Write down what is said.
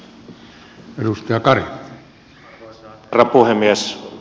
arvoisa herra puhemies